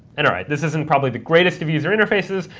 and all right, this isn't probably the greatest of user interfaces.